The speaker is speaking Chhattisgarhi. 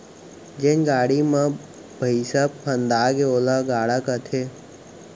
जेन गाड़ी म भइंसा फंदागे ओला गाड़ा कथें